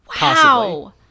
Wow